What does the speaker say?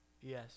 Yes